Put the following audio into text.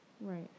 Right